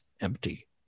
empty